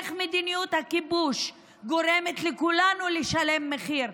המשך מדיניות הכיבוש גורם לכולנו לשלם מחיר,